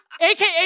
AKA